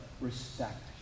respect